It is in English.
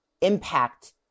impact